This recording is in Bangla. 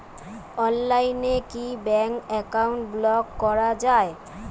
অনলাইনে কি ব্যাঙ্ক অ্যাকাউন্ট ব্লক করা য়ায়?